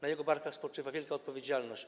Na jego barkach spoczywa wielka odpowiedzialność.